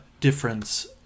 difference